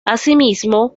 asimismo